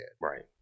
Right